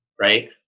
right